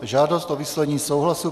Žádost o vyslovení souhlasu